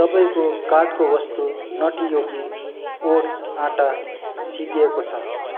तपाईँको कार्टको वस्तु नटी योगी ओट्स आँटा सिद्धिएको छ